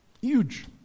Huge